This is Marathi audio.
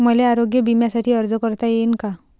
मले आरोग्य बिम्यासाठी अर्ज करता येईन का?